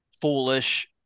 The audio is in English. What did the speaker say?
foolish